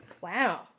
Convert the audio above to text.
Wow